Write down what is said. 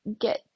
get